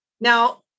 Now